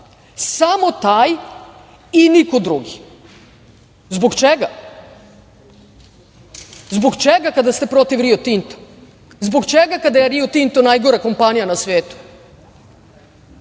samo taj i niko drugi. Zbog čega? Zbog čega kada ste protiv Rio Tinta? Zbog čega kada je Rio Tinto najgora kompanija na svetu. Moje